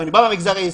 אני בא מהמגזר העסקי.